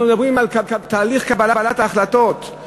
אנחנו מדברים על תהליך קבלת ההחלטות.